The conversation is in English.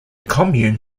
commune